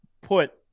put